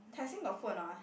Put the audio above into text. Tai-Seng got food or not ah